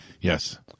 Yes